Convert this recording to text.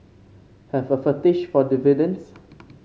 have a fetish for dividends